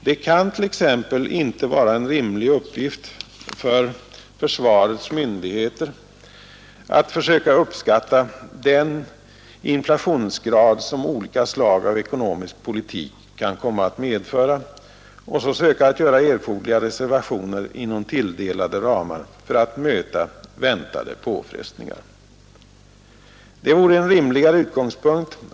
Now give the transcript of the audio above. Det kan t.ex. inte vara en rimlig uppgift för försvarets myndigheter att försöka uppskatta den inflationsgrad som olika slag av ekonomisk politik kan komma att medföra och söka att göra erforderliga reservationer inom tilldelade ramar för att möta väntade påfrestningar. Det vore en rimligare utgångspunkt.